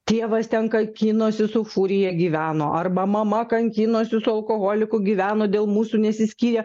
tėvas ten kankinosi su furija gyveno arba mama kankinosi su alkoholiku gyveno dėl mūsų nesiskyrė